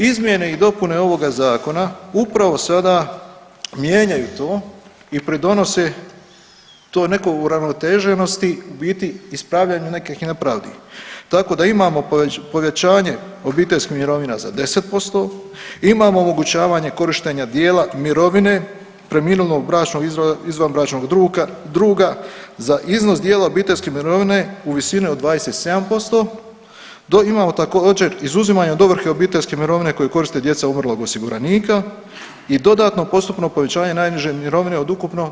Izmjene i dopune ovoga Zakona upravo sada mijenjaju to i pridonose toj nekoj uravnoteženosti, u biti ispravljaju nekih nepravdi, tako da imamo povećanje obiteljskih mirovina za 10%, imamo omogućavanje korištenja dijela mirovine preminulog bračnog, izvanbračnog druga za iznos dijela obiteljske mirovine u visini od 27%, do imamo također, izuzimanje od ovrhe obiteljske mirovine koju koriste djeca umrlog osiguranika i dodatno, postupno povećanje najniže mirovine od ukupno 3%